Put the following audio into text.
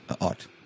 art